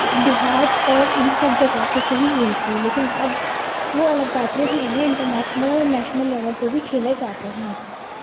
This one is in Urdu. دیہات اور ان سب جگہوں پہ سے ہی ہوئی تھی لیکن اب وہ الگ بات ہے کہ انہیں انٹرنیشنل اور نیشنل لیول پہ بھی کھیلے جاتے ہیں